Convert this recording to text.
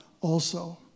also